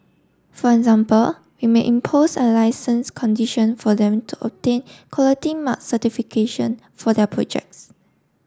for example we may impose a licence condition for them to obtain Quality Mark certification for their projects